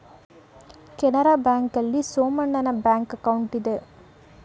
Canara bank ಆಲ್ಲಿ ಸೋಮಣ್ಣನ bank account ಇದೆ